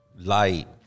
light